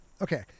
Okay